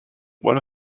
one